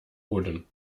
holen